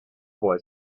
boy